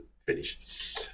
finish